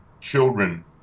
children